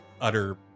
utter